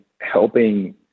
helping